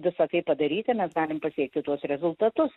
visa tai padaryti mes galim pasiekti tuos rezultatus